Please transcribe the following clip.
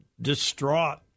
distraught